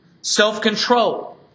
self-control